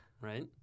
Right